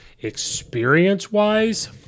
Experience-wise